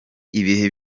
ibihe